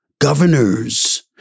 governors